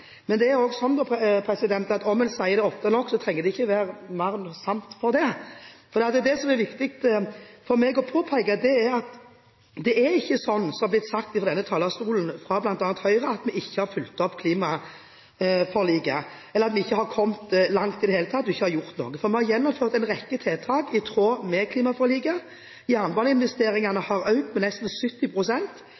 Men det er også sånn at om en sier ting ofte nok, trenger det ikke være mer sant for det. Det som er viktig for meg å påpeke, er at det ikke er sånn som det er blitt sagt fra denne talerstolen av bl.a. Høyre, at vi ikke har fulgt opp klimaforliket – at vi ikke har kommet langt i det hele tatt og ikke har gjort noe. Vi har gjennomført en rekke tiltak i tråd med klimaforliket: Jernbaneinvesteringene